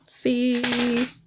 See